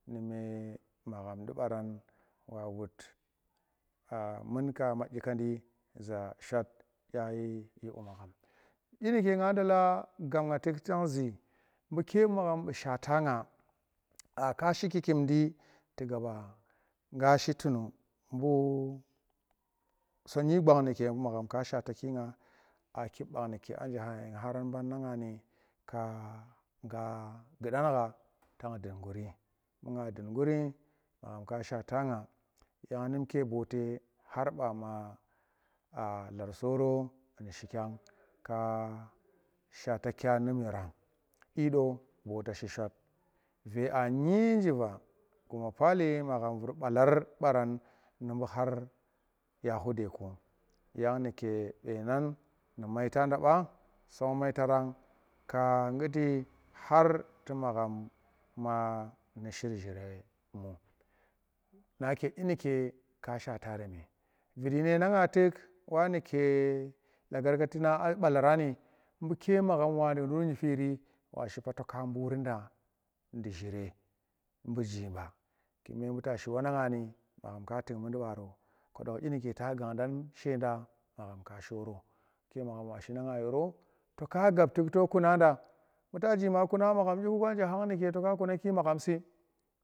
Nume maghamdi baran wa wut aa munka madyi kandi za shwata kya yi bu magham, nga ndola gammnga tuk tang zi buke magham bu shata nga a kashi ki kimdi tuga ba nga shi tunu nbau songi gwang nuge magham ka shata ki nga a kib bang mike a nje nga kharan bana nga kagudan kha tan dun guri, bu nga dung gun tu magham shata nga tu bootekhar ba ma a lar soro mi shikya a shata num yorang? do bota si shwat, ve a nyi jiva, guma pali magham vur balar baran nu bu khor yahukudeku yang nuke be nang nu maita da ku ba, sang maitara kasa ka guti khar tu magham kuma nu shir jire mu nake dyinu ke ka shata remi, vid dyine na nga wa nuke lagargati a barani buke magham wa dul nu nyifiri washipa toka buringdandu jire mbujeba kimemuta nshuwamon nu gwani katim yimba leedang kume buta wannang nga ni maghan ka tuk mundi baro bu dyiku muke ta gandan sheda magham ka shoro tume bu wa shi nanga yoro tuka gab to kuna da buta ji ma kuna magham nyiku kwa je khand nuke duka bwaki magham si.